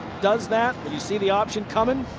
does that. you see the option coming.